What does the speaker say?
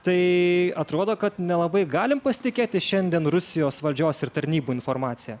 tai atrodo kad nelabai galim pasitikėti šiandien rusijos valdžios ir tarnybų informacija